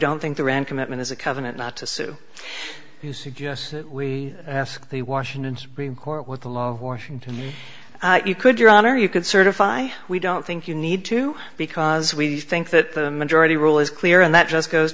don't think the rand commitment is a covenant not to sue you suggest we ask the washington supreme court with the law washington you could your honor you could certify we don't think you need to because we think that the majority rule is clear and that just goes